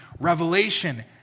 Revelation